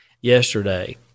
yesterday